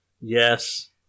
Yes